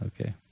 Okay